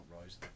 Rise